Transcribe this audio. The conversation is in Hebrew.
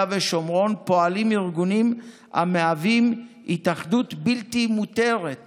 ושומרון פועלים ארגונים המהווים התאחדות בלתי מותרת